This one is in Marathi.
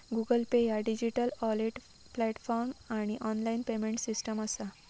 गुगल पे ह्या डिजिटल वॉलेट प्लॅटफॉर्म आणि ऑनलाइन पेमेंट सिस्टम असा